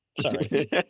sorry